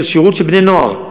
של שירות של בני-נוער,